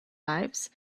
lives